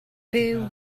byw